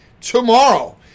tomorrow